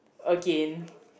again